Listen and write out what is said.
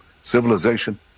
Civilization